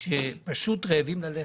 שפשוט רעבים ללחם.